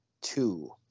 two